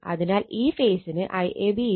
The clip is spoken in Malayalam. അതിനാൽ ഈ ഫേസിന് IAB Vab Z ∆